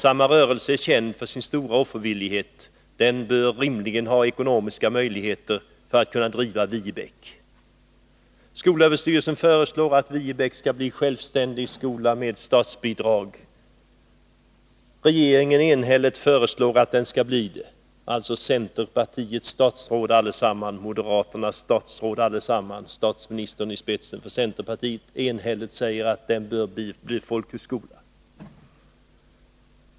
Samma rörelse är känd för sin stora offervillighet — den bör rimligen ha ekonomiska möjligheter att driva Viebäck. Skolöverstyrelsen föreslår att Viebäck skall bli en självständig skola med statsbidrag. Regeringen föreslår enhälligt att den skall bli det — centerpartiets statsråd, med statsministern i spetsen, moderaternas statsråd, allesamman säger de enhälligt att den bör bli självständig folkhögskola.